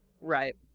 Right